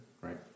right